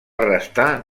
restar